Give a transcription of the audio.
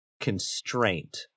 constraint